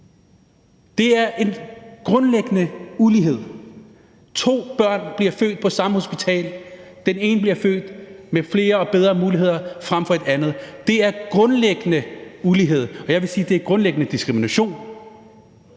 Det er en grundlæggende ulighed. To børn bliver født på det samme hospital, og den ene bliver født med flere og bedre muligheder end den anden. Det er grundlæggende ulighed, og jeg vil sige, at det grundlæggende er diskrimination.